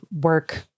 work